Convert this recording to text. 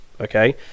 okay